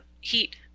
heat